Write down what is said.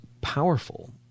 powerful